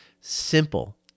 simple